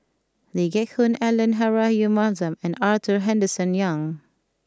Lee Geck Hoon Ellen Rahayu Mahzam and Arthur Henderson Young